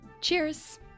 Cheers